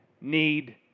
need